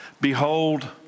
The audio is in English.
Behold